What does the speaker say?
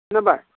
खोनाबाय